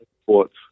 sports